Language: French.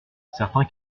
certains